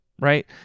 right